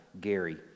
Gary